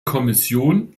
kommission